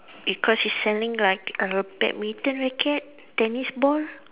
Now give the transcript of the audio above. because she's selling like err badminton racket tennis ball